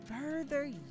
further